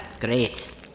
great